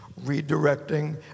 redirecting